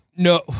No